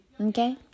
okay